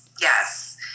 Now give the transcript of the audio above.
Yes